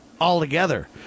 altogether